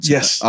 Yes